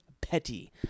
Petty